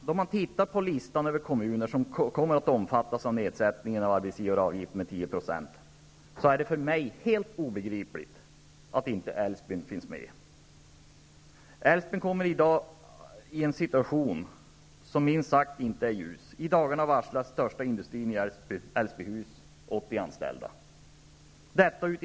Då man tittar på listan över kommuner som kommer att omfattas av en nedsättning av arbetsgivaravgiften med 10 %, är det för mig helt obegripligt att inte Älvsbyn finns med. I dag råder en situation i Älvsbyn som minst sagt inte är ljus. I dagarna kommer 80 anställda att varslas i den största industrin, nämligen Älvsbyhus.